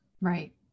Right